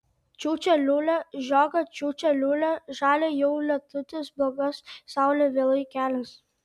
čiūčia liūlia žiogą čiūčia liūlia žalią jau lietutis blogas saulė vėlai kelias